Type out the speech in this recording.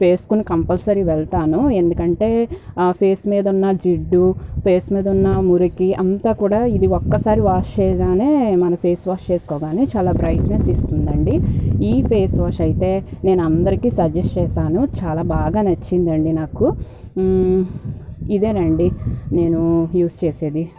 వేసుకొని కంపల్సరీ వెళ్తాను ఎందుకంటే ఫేస్ మీద ఉన్న జిడ్డు ఫేస్ మీద ఉన్న మురికి అంత కూడా ఇది ఒక్కసారి వాష్ చేయగానే ఫేస్ వాష్ చేసుకోగానే ఇది చాలా బ్రైట్నెస్ ఇస్తుందండి ఈ ఫేస్ వాష్ అయితే నేను అందరికీ సజెస్ట్ చేస్తాను చాలా బాగా నచ్చింది అండి నాకు ఇదేనండి నేను యూజ్ చేసేది